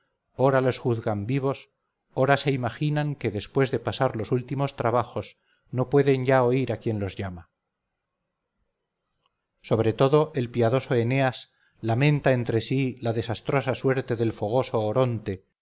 los juzgan vivos ora se imaginan que después de pasar los últimos trabajos no pueden ya oír a quien los llama sobre todo el piadoso eneas lamenta entre sí la desastrosa suerte del fogoso oronte